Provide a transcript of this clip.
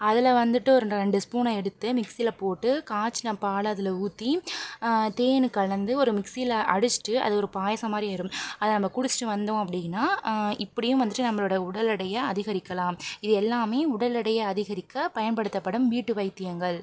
அதில் வந்துட்டு ஒரு ரெண்டு ஸ்பூனை எடுத்து மிக்சியில் போட்டு காய்ச்சின பாலை அதில் ஊற்றி தேனு கலந்து ஒரு மிக்சியில் அடிச்சுட்டு அது ஒரு பாயசம் மாதிரி ஆயிரும் அதை நம்ம குடிச்சுட்டு வந்தோம் அப்படின்னா இப்படியும் வந்துட்டு நம்மளோட உடல் எடைய அதிகரிக்கலாம் இது எல்லாமே உடல் எடையை அதிகரிக்க பயன்படுத்தப்படும் வீட்டு வைத்தியங்கள்